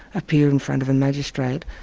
appear in front of a magistrate,